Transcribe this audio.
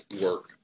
work